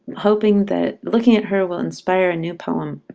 hoping that looking at her will inspire a new poem.